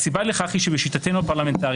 הסיבה לכך היא שבשיטתנו הפרלמנטרית,